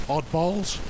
Oddballs